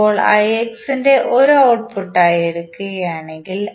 ഇപ്പോൾ ഒരു ഔട്ട്പുട്ടായി എടുക്കുകയാണെങ്കിൽ